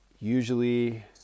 Usually